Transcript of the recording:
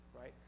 right